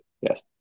yes